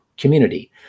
Community